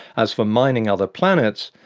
as for mining other planets,